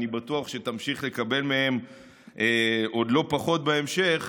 ואני בטוח שתמשיך לקבל מהם עוד לא פחות בהמשך,